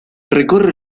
recorre